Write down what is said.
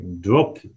drop